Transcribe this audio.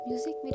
Music